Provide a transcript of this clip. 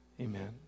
Amen